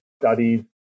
studies